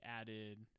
added –